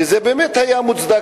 כשזה באמת היה מוצדק,